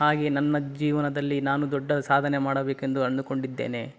ಹಾಗೇ ನನ್ನ ಜೀವನದಲ್ಲಿ ನಾನು ದೊಡ್ಡ ಸಾಧನೆ ಮಾಡಬೇಕು ಎಂದು ಅಂದುಕೊಂಡಿದ್ದೇನೆ